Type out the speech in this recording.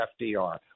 FDR